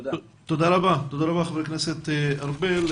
תודה רבה, חבר הכנסת ארבל.